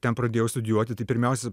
ten pradėjau studijuoti tai pirmiausia